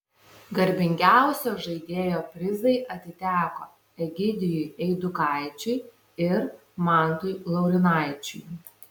garbingiausio žaidėjo prizai atiteko egidijui eidukaičiui ir mantui laurynaičiui